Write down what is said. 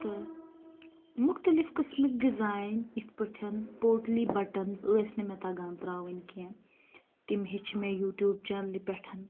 تہٕ مُختلِف قٕسمٕکۍ ڈِزایِن یِتھ پٲٹھۍ پوٹلی بَٹَنٕز ٲسۍ نہٕ مےٚ تَگان تراوٕنۍ کینٛہہ تِم ہیٚچھ مےٚ یوٗٹیوٗب چَنلہِ پیٚٹھ